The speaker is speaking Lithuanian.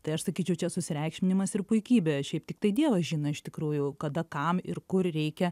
tai aš sakyčiau čia susireikšminimas ir puikybė šiaip tiktai dievas žino iš tikrųjų kada kam ir kur reikia